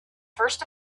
first